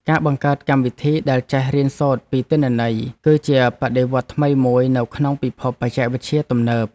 ការបង្កើតកម្មវិធីដែលចេះរៀនសូត្រពីទិន្នន័យ គឺជាបដិវត្តន៍ថ្មីមួយនៅក្នុងពិភពបច្ចេកវិទ្យាទំនើប។